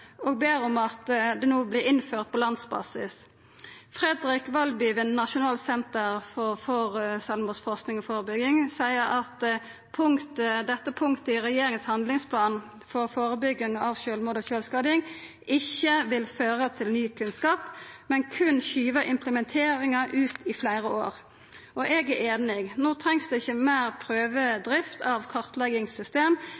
og ber om at det no vert innført på landsbasis. Fredrik Walby ved Nasjonalt senter for selvmordsforskning og forebygging seier at dette punktet i regjeringas handlingsplan for førebygging av sjølvmord og sjølvskading ikkje vil føra til ny kunnskap, men berre skyva implementeringa ut i fleire år. Eg er einig. No trengst det ikkje meir